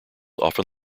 often